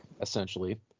essentially